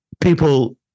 People